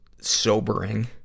sobering